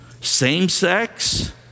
same-sex